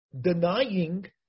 denying